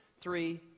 three